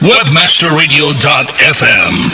WebmasterRadio.fm